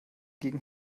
gegen